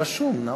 חוסר התרבות